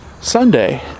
sunday